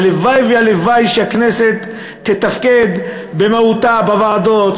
הלוואי והלוואי שהכנסת תתפקד במהותה בוועדות,